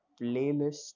playlist